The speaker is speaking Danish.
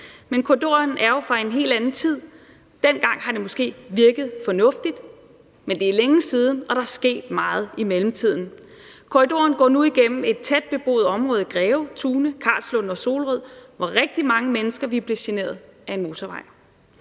men korridoren er jo fra en helt anden tid. Dengang har det måske virket fornuftigt, men det er længe siden, og der er sket meget i mellemtiden. Korridoren går nu igennem et tæt beboet område – Greve, Tune, Karlslunde og Solrød – hvor rigtig mange mennesker vil blive generet af en motorvej.